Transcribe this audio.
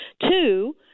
Two